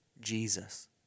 Jesus